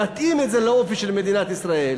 נתאים את זה לאופי של מדינת ישראל.